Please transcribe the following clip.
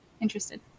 interested